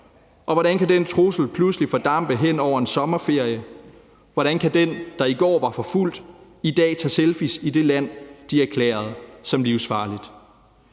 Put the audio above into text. Hvordan kan den trussel pludselig fordampe hen over en sommerferie? Hvordan kan dem, der i går var forfulgt, i dag tage selfies i det land, de erklærede som livsfarligt?